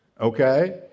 okay